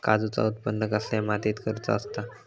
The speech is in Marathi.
काजूचा उत्त्पन कसल्या मातीत करुचा असता?